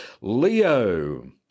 Leo